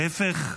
להפך,